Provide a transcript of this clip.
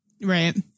Right